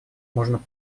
можно